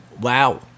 Wow